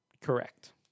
Correct